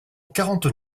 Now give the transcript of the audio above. quarante